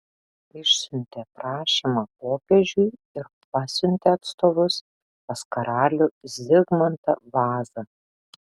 išsiuntė prašymą popiežiui ir pasiuntė atstovus pas karalių zigmantą vazą